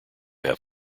have